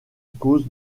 cause